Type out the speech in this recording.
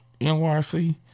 NYC